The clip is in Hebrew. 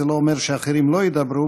זה לא אומר שאחרים לא ידברו,